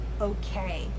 okay